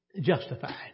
justified